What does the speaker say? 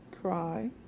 cry